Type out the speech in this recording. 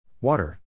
Water